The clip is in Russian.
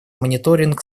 мониторинг